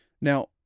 Now